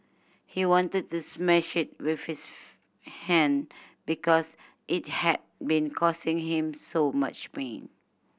he wanted to smash it with his hand because it had been causing him so much pain